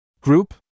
Group